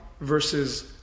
versus